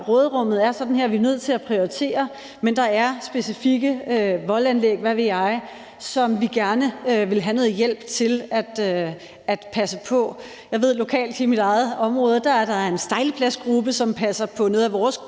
råderummet er sådan her, vi er nødt til at prioritere, men der er specifikke voldanlæg, hvad ved jeg, som vi gerne vil have noget hjælp til at passe på. Jeg ved, at der lokalt i mit eget område er en stejlepladsgruppe, som passer på noget af vores